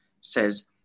says